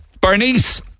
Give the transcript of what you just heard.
Bernice